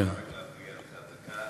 אני רוצה להגיד משהו,